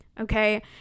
okay